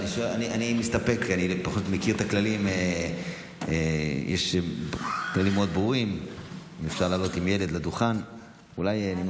לא, זה גם